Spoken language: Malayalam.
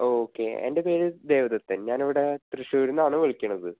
ഓക്കെ എൻ്റെ പേര് ദേവദത്തൻ ഞാനിവിടെ തൃശൂർന്നാണ് വിളിക്കണത്